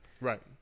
Right